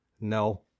No